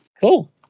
cool